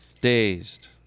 dazed